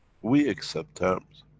we accept terms.